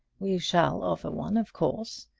we shall offer one, of course.